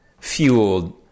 fueled